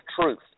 truth